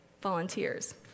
volunteers